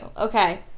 okay